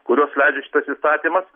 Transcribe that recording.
kuriuos leidžia šitas įstatymas